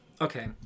okay